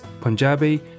Punjabi